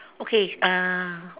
okay uh